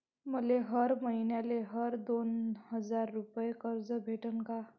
मले हर मईन्याले हर दोन हजार रुपये कर्ज भेटन का?